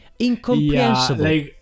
incomprehensible